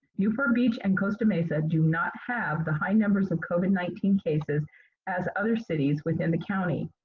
newport beach and costa mesa do not have the high numbers of covid nineteen cases as other cities within the county.